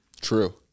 True